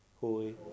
Holy